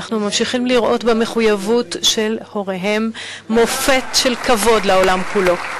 אנחנו ממשיכים לראות במחויבות של הוריהם מופת של כבוד לעולם כולו.